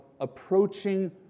approaching